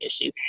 issue